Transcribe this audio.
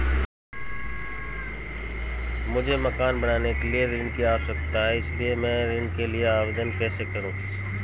मुझे मकान बनाने के लिए ऋण की आवश्यकता है इसलिए मैं ऋण के लिए आवेदन कैसे करूं?